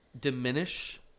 Diminish